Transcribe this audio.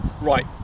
right